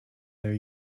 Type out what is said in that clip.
their